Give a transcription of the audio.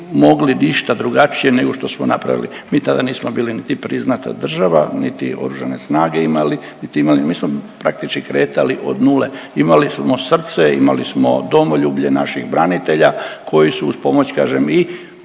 mogli išta drugačije nego što smo napravili. Mi tada nismo bili niti priznata država niti oružane snage imali niti imali, mi smo praktički kretali od nule. Imali smo srce, imali smo domoljublje naših branitelja koji su uz pomoć, kažem i